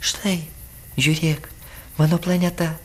štai žiūrėk mano planeta